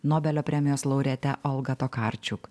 nobelio premijos laureate olga tokarčiuk